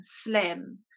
slim